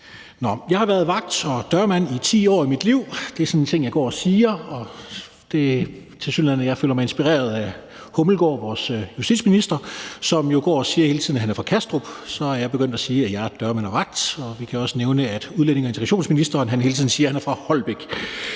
Jeg har været vagt og dørmand i 10 år af mit liv. Det er sådan en ting, jeg går og siger, og jeg føler mig inspireret af vores justitsminister, som jo hele tiden går og siger, at han er fra Kastrup. Så jeg er begyndt at sige, at jeg er dørmand og vagt, og vi kan også nævne, at udlændinge- og integrationsministeren hele tiden siger, at han er fra Holbæk